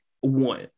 one